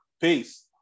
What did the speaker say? peace